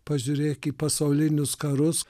pažiūrėk į pasaulinius karus